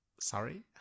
Sorry